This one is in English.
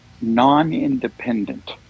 Non-independent